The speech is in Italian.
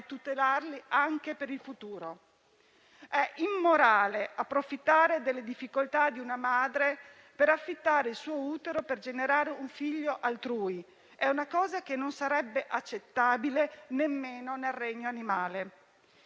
tutelarli anche per il futuro. È immorale approfittare delle difficoltà di una madre per affittare il suo utero per generare un figlio altrui; è una cosa che non sarebbe accettabile nemmeno nel regno animale.